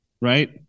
right